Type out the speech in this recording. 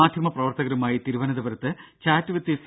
മാധ്യമപ്രവർത്തകരുമായി തിരുവനന്തപുരത്ത് chat with C